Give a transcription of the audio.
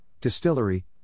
distillery